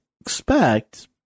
expect